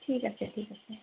ঠিক আছে ঠিক আছে